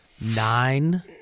nine